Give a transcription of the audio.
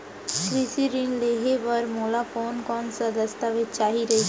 कृषि ऋण लेहे बर मोला कोन कोन स दस्तावेज चाही रही?